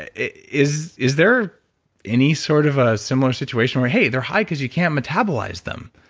ah is is there any sort of ah similar situation where, hey, they're high because you can't metabolize them?